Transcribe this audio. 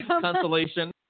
Consolation